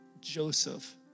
Joseph